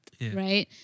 right